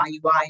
IUI